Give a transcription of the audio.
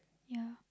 yeah